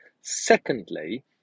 Secondly